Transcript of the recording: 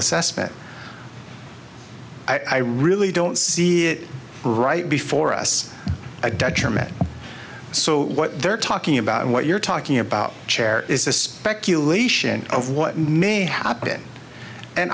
assessment i really don't see it right before us a detriment so what they're talking about what you're talking about chair is a speculation of what may happen and